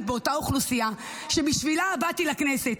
באותה אוכלוסייה שבשבילה באתי לכנסת.